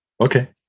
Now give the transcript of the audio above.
Okay